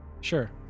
sure